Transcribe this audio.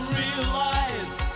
realize